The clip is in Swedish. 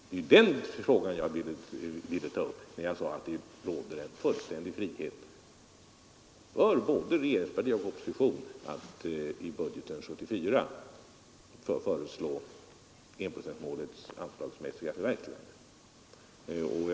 Det var den frågan jag ville ta upp när jag sade att det råder en fullständig frihet för både regeringsparti och opposition att i budgeten 1974 föreslå enprocentsmålets anslagsmässiga förverkligande.